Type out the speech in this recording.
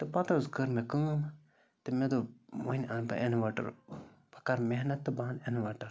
تہٕ پَتہٕ حظ کٔر مےٚ کٲم تہِ مےٚ دوٚپ وۄنۍ اَنہٕ بہٕ اِنوٲٹَر بہٕ کَر محنَت تہٕ بہٕ اَنہٕ اِنوٲٹَر